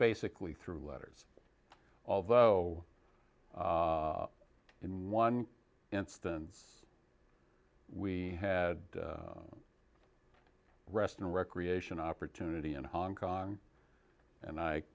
basically through letters although in one instance we had a rest and recreation opportunity in hong kong and i